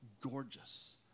gorgeous